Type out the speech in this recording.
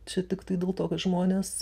čia tiktai dėl to kad žmonės